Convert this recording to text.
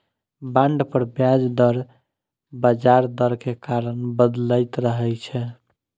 bond पर ब्याज दर बजार दर के कारण बदलैत रहै छै